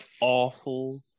awful